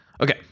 Okay